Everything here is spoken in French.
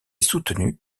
soutenue